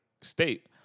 state